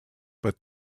but